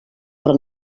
però